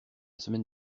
semaine